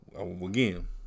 again